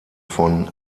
von